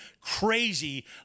crazy